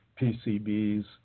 PCBs